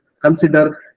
consider